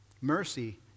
Mercy